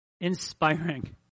inspiring